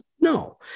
No